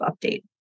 update